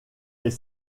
est